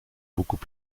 beaucoup